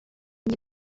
nie